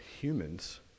humans